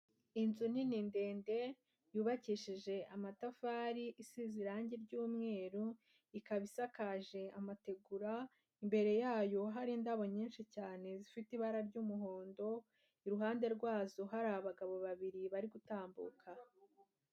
Inzu nini ndende yubakishije amatafari, isize irangi ry'umweru, ikaba isakaje amategura, imbere yayo hari indabo nyinshi cyane zifite ibara ry'umuhondo, iruhande rwazo hari abagabo babiri bari gutambuka.